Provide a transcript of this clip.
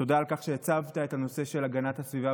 תודה על כך שהצבת את הנושא של הגנת הסביבה